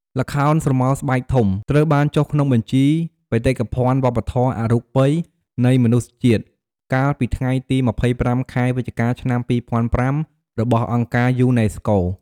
ល្ខោនស្រមោលស្បែកធំ ត្រូវបានចុះក្នុងបញ្ជីបេតិកភណ្ឌវប្បធម៌អរូបី នៃមនុស្សជាតិ កាលពីថ្ងៃទី២៥ ខែវិច្ឆិកា ឆ្នាំ២០០៥ របស់អង្គការយូណេស្កូ។